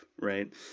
Right